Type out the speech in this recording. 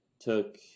took